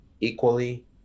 equally